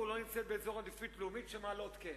לא נמצאת באזור עדיפות לאומית כאשר מעלות כן.